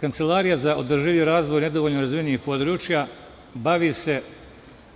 Kancelarija za održivi razvoj nedovoljno razvijenih područja bavi se